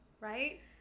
Right